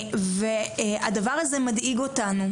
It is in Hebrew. והדבר הזה מדאיג אותנו,